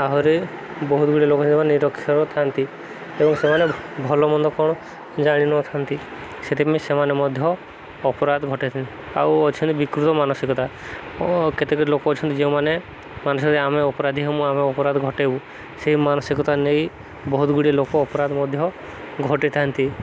ଆହୁରି ବହୁତଗୁଡ଼ିଏ ଲୋକ ସେମାନେ ନିରକ୍ଷର ଥାନ୍ତି ଏବଂ ସେମାନେ ଭଲ ମନ୍ଦ କ'ଣ ଜାଣିନଥାନ୍ତି ସେଥିପାଇଁ ସେମାନେ ମଧ୍ୟ ଅପରାଧ ଘଟେଇଥାନ୍ତି ଆଉ ଅଛନ୍ତି ବିକୃତ ମାନସିକତା ଓ କେତେକ ଲୋକ ଅଛନ୍ତି ଯେଉଁମାନେ ଆମେ ଅପରାଧୀ ହମୁଁ ଆମେ ଅପରାଧ ଘଟେଇମୁଁ ସେଇ ମାନସିକତା ନେଇ ବହୁତଗୁଡ଼ିଏ ଲୋକ ଅପରାଧ ମଧ୍ୟ ଘଟେଇଥାନ୍ତି